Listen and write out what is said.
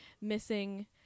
missing